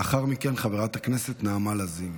לאחר מכן, חברת הכנסת נעמה לזימי.